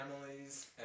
families